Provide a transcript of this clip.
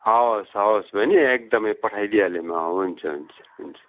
हवस् हवस् बहिनी एकदमै पठाइदिइहालेँ म हुन्छ हुन्छ हुन्छ